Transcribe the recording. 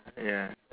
ya